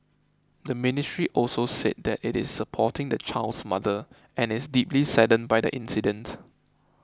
the Ministry also said that it is supporting the child's mother and is deeply saddened by the incident